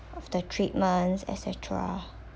of the treatments et cetera